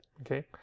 okay